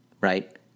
right